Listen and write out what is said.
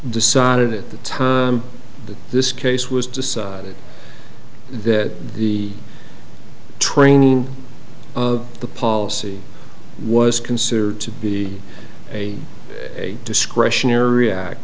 decided at the time that this case was decided that the training of the policy was considered to be a a discretionary